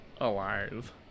alive